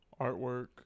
artwork